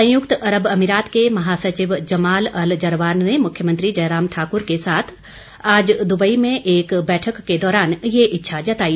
संयुक्त अरब अमीरात के महासचिव जमाल अल जरवान ने मुख्यमंत्री जयराम ठाकुर के साथ आज दुबई में एक बैठक के दौरान ये इच्छा जताई